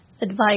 advice